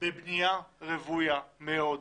בבנייה רוויה מאוד,